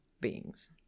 beings